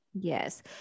Yes